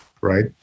right